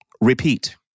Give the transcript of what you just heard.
Repeat